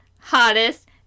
hottest